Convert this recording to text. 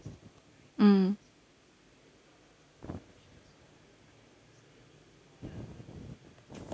mm